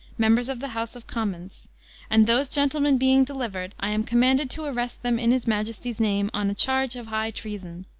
members of the house of commons and those gentlemen being delivered, i am commanded to arrest them in his majesty's name, on a charge of high treason.